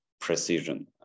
precision